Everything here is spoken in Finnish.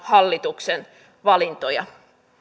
hallituksen valintoja